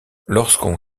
lorsqu’on